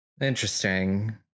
interesting